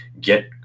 get